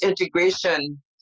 integration